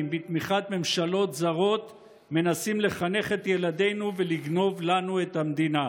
בתמיכת ממשלות זרות מנסים לחנך את ילדינו ולגנוב לנו את המדינה.